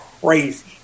Crazy